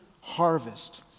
harvest